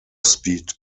speed